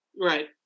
Right